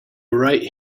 right